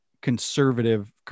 conservative